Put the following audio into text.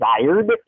desired